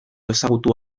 ezagutu